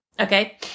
okay